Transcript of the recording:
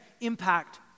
impact